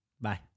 Bye